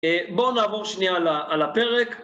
בואו נעבור שנייה על הפרק.